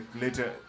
later